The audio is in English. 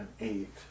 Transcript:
eight